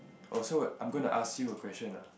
oh so I'm going to ask you a question ah